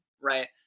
right